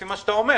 לפי מה שאתה אומר.